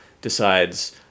decides